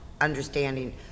understanding